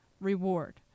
reward